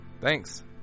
Thanks